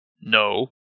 No